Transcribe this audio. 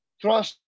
trust